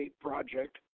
Project